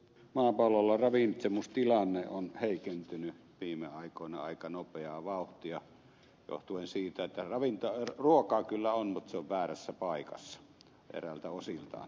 maapallolla ravitsemustilanne on heikentynyt viime aikoina aika nopeaa vauhtia johtuen siitä että ruokaa kyllä on mutta se on väärässä paikassa eräiltä osiltaan